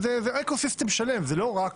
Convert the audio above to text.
זה אקו-סיסטם שלם, זה לא רק